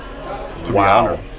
wow